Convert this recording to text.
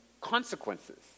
consequences